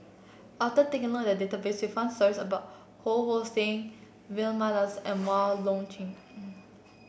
after taking a look at the database we found stories about Ho Hong Sing Vilma Laus and Wong Lip Chin